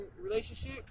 relationship